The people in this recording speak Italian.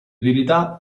utilità